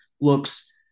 looks